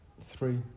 three